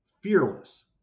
Fearless